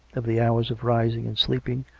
of the hours of rising and sleeping,